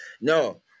No